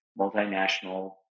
multinational